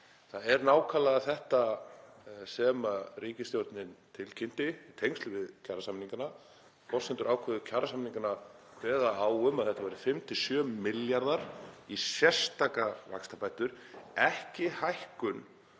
Það er nákvæmlega þetta sem ríkisstjórnin tilkynnti í tengslum við kjarasamningana. Forsenduákvæði kjarasamninganna kveða á um 5–7 milljarða í sérstakar vaxtabætur, ekki hækkun